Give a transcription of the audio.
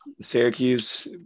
Syracuse